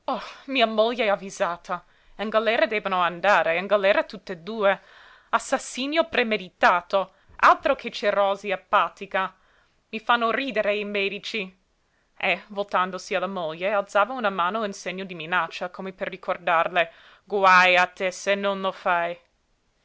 mia moglie è avvisata in galera debbono andare in galera tutt'e due assassinio premeditato altro che cerosi epàtica i fanno ridere i medici e voltandosi alla moglie alzava una mano in segno di minaccia come per ricordarle guaj a te se non lo fai